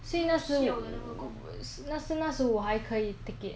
是因为我那时我我还可以 take it